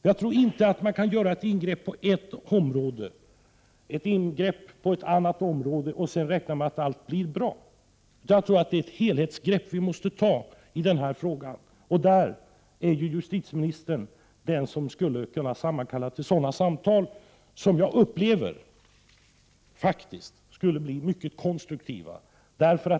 Jag tror inte att man kan göra ett ingrepp på ett område, ett ingrepp på ett annat område, och sedan räkna med att allt blir bra. Det är ett helhetsgrepp som vi måste ta i den här frågan. Justitieministern är ju den som skulle kunna sammankalla till sådana samtal, som jag faktiskt tror skulle bli mycket konstruktiva.